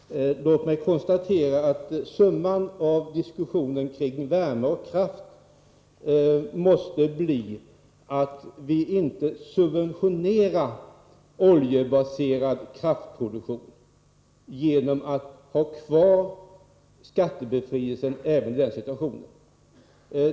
Herr talman! Låt mig konstatera att summan av diskussionen om värme och kraft måste bli att vi inte subventionerar oljebaserad kraftproduktion genom att ha kvar skattebefrielsen även i denna situation.